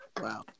Wow